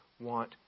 want